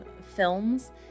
films